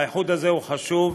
האיחוד הזה חשוב.